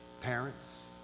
parents